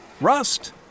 Rust